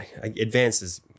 advances